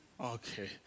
Okay